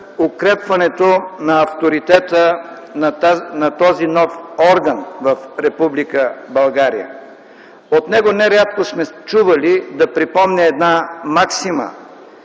укрепването на авторитета на този нов орган в Република България. От него нерядко сме чували да припомня една максима